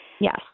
Yes